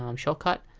um shortcut.